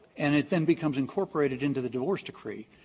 and it then becomes incorporated into the divorce decree,